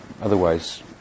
otherwise